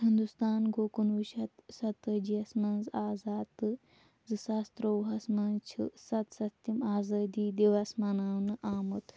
ہِنٛدوستان گوٚو کُنوُہ شیٚتھ ستٲجی یَس منٛز آزاد تہٕ زٕ ساس ترٛووُہَس منٛز چھِ سَتسَتھِم آزٲدی دِوَس مناونہٕ آمُت